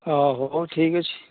ହଁ ହଉ ଠିକ୍ ଅଛି